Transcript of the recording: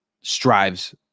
strives